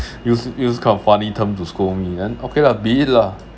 use use kind of funny term to scold me then okay lah be it lah